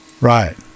Right